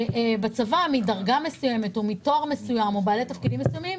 בצבא מדרגה מסוימת או מתואר מסוים או מבלי תפקידים מסוימים,